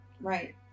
Right